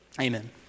amen